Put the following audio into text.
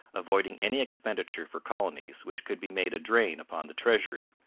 avoiding any expenditure for colonies which could be made a drain upon the treasury,